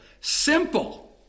Simple